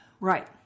Right